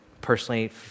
personally